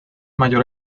mayor